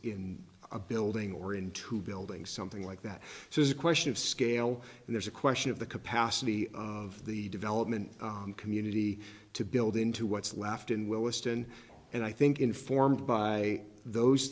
in a building or into building something like that so it's a question of scale and there's a question of the capacity of the development community to build into what's left in willesden and i think informed by those